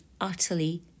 utterly